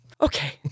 Okay